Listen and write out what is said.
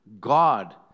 God